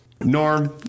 Norm